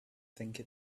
think